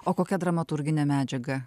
o kokia dramaturginė medžiaga